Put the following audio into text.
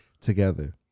together